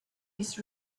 his